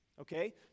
okay